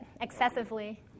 excessively